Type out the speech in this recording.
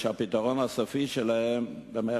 ש"הפתרון הסופי" שלהם היה